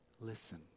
Listen